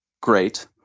great